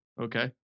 okay